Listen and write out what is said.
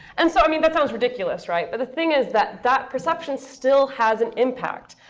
and so i mean that sounds ridiculous, right? but the thing is that that perception still has an impact.